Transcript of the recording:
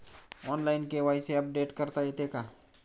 Online KYC update करता येते का?